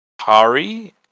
Hari